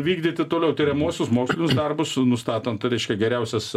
vykdyti toliau tiriamuosius mokslinius darbus nustatant reiškia geriausias